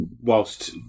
whilst